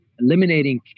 eliminating